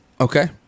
Okay